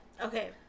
okay